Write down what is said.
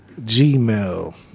gmail